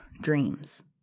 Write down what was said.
dreams